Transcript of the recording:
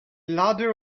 ladder